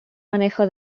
manejo